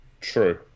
True